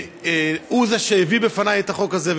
שהוא שהביא בפניי את החוק הזה,